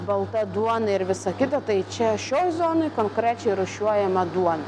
balta duona ir visa kita tai čia šioj zonoj konkrečiai rūšiuojama duona